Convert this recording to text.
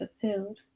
fulfilled